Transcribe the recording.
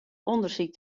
ûndersyk